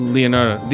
Leonardo